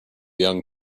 young